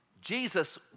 Jesus